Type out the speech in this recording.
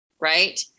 Right